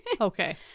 Okay